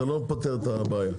לא פותר את הבעיה.